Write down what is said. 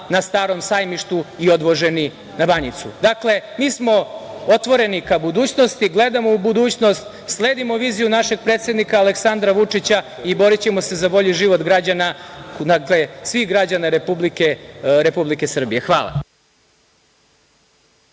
na Starom Sajmištu i odvoženi na Banjicu. Dakle, mi smo otvoreni ka budućnosti, gledamo u budućnost, sledimo viziju našeg predsednika Aleksandra Vučića i borićemo se za bolji život građana, svih građana Republike Srbije. Hvala.